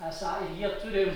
esą jie turi